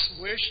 wish